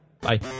Bye